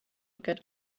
get